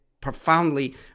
profoundly